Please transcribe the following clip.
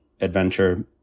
adventure